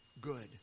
good